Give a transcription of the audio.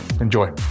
Enjoy